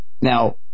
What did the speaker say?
Now